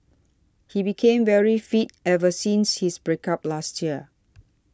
he became very fit ever since his break up last year